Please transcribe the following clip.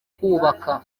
kubaka